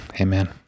Amen